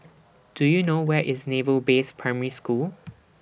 Do YOU know Where IS Naval Base Primary School